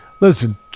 Listen